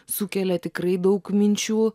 sukelia tikrai daug minčių